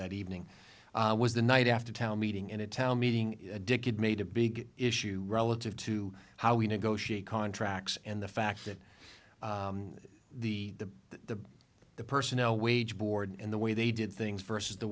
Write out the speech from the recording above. that evening was the night after town meeting in a town meeting a dick had made a big issue relative to how we negotiate contracts and the fact that the the the the personnel wage board and the way they did things versus the